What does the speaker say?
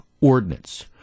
ordinance